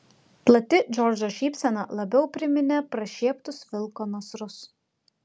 plati džordžo šypsena labiau priminė prašieptus vilko nasrus